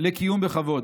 לקיום בכבוד.